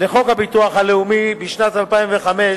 הביטוח הלאומי, בשנת 2005,